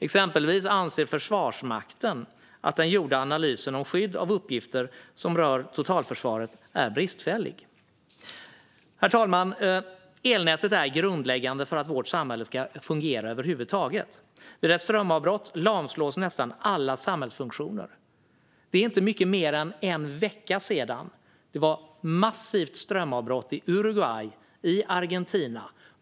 Exempelvis anser Försvarsmakten att den gjorda analysen av skydd av uppgifter som rör totalförsvaret är bristfällig. Herr talman! Elnätet är grundläggande för att vårt samhälle ska fungera över huvud taget. Vid ett strömavbrott lamslås nästan alla samhällsfunktioner. Det är inte mycket mer än en vecka sedan som det var massivt strömavbrott i Uruguay och Argentina.